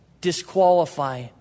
disqualify